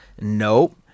nope